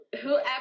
whoever